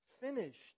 finished